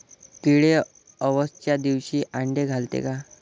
किडे अवसच्या दिवशी आंडे घालते का?